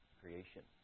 creation